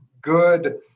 good